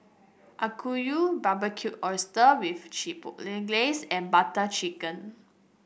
Okayu Barbecued Oyster with Chipotle Glaze and Butter Chicken